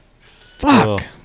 Fuck